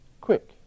quick